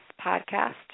podcast